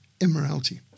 immorality